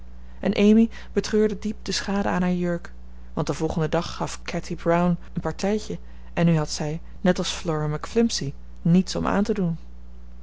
en amy betreurde diep de schade aan haar jurk want den volgenden dag gaf katy brown een partijtje en nu had zij net als flora mc flimsy niets om aan te doen